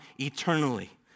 eternally